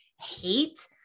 hate